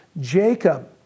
Jacob